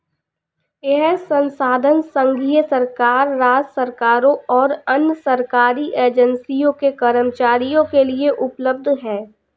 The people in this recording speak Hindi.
यह संसाधन संघीय सरकार, राज्य सरकारों और अन्य सरकारी एजेंसियों के कर्मचारियों के लिए उपलब्ध है